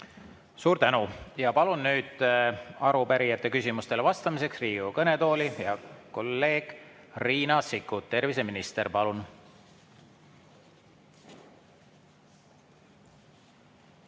Suur tänu! Ja palun nüüd arupärijate küsimustele vastamiseks Riigikogu kõnetooli teid, hea kolleeg Riina Sikkut, terviseminister. Palun!